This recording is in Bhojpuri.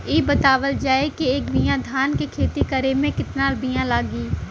इ बतावल जाए के एक बिघा धान के खेती करेमे कितना बिया लागि?